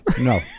No